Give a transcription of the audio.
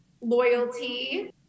loyalty